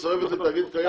את מצרפת לתאגיד קיים,